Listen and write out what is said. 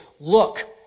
look